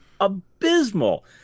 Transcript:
abysmal